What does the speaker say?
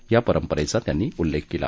या परंपरेचा त्यांनी उल्लेख केला